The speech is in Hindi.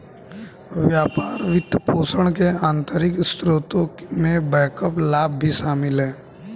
व्यापार वित्तपोषण के आंतरिक स्रोतों में बैकअप लाभ भी शामिल हैं